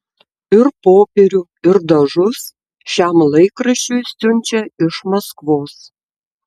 ir popierių ir dažus šiam laikraščiui siunčia iš maskvos